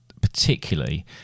particularly